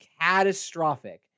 catastrophic